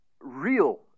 real